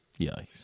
Yikes